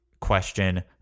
question